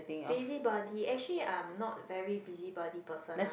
busybody actually I'm not very busybody person ah